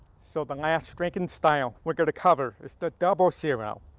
so, the last striking style we're gonna cover is the double zero.